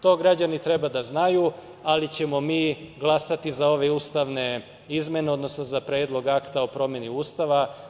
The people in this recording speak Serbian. To građani treba da znaju, ali ćemo mi glasati za ove ustavne izmene, odnosno za Predlog akta o promeni Ustava.